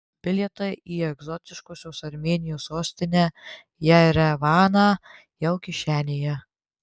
bilietai į egzotiškosios armėnijos sostinę jerevaną jau kišenėje